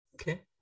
Okay